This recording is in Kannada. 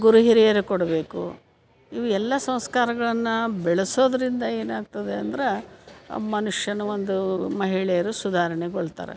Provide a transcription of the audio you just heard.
ಗುರು ಹಿರಿಯರು ಕೊಡಬೇಕು ಇವು ಎಲ್ಲ ಸಂಸ್ಕಾರಗಳನ್ನು ಬೆಳೆಸೋದರಿಂದ ಏನಾಗ್ತದೆ ಅಂದ್ರೆ ಮನುಷ್ಯನ ಒಂದು ಮಹಿಳೆಯರು ಸುಧಾರಣೆಗೊಳ್ತಾರೆ